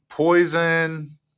Poison